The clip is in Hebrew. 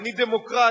אני דמוקרט.